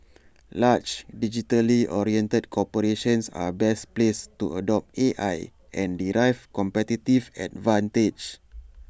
large digitally oriented corporations are best placed to adopt A I and derive competitive advantage